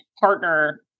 partner